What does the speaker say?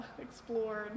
explored